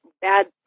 bad